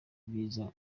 bwiza